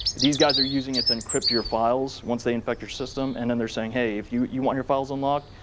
these guys are using it to encrypt your files once they infect your system. and then they're saying, hey, if you you want your files unlocked,